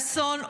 אסון,